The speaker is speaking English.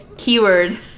Keyword